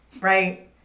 right